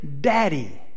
Daddy